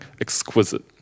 exquisite